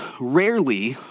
Rarely